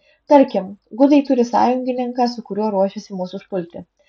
tarkim gudai turi sąjungininką su kuriuo ruošiasi mus užpulti